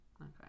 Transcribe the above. Okay